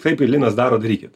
taip ir linas daro darykit